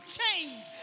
change